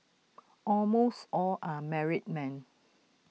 almost all are married men